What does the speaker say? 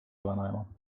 vanaema